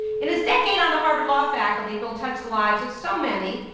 in his decade on the harvard law faculty, bill touched the lives of so many.